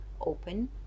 open